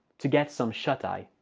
to get some shut-eye.